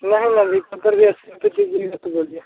नहीं नहीं सत्तर रुपये अस्सी रूपे दीजिएगा तो बोलिए